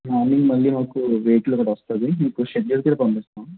morning మళ్ళీ మాకు vehicle ఒకటి వస్తుంది మీకు షెడ్యూల్ కూడా పంపిస్తాం